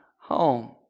home